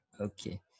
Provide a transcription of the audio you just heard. Okay